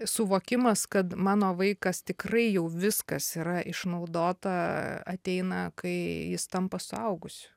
suvokimas kad mano vaikas tikrai jau viskas yra išnaudota ateina kai jis tampa suaugusiu